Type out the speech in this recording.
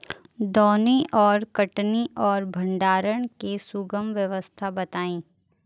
दौनी और कटनी और भंडारण के सुगम व्यवस्था बताई?